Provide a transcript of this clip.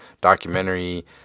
documentary